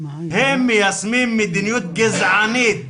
הם מיישמים מדיניות גזענית,